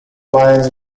lines